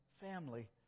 family